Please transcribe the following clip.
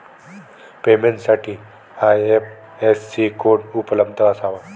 पेमेंटसाठी IFSC code उपलब्ध असावा